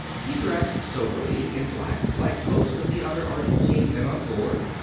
he dressed somberly in black, like most of the other argentine men on board.